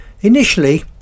Initially